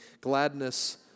gladness